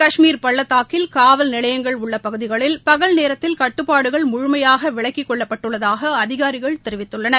காஷ்மீர் பள்ளத்தாக்கில் காவல் நிலையங்கள் உள்ள பகுதிகளில் பகல் நேரத்தல் கட்டுப்பாடுகள் முழுமையாக விலக்கிக்கொள்ளப்பட்டுள்ளதாக அதிகாரிகள் தெரிவித்துள்ளனர்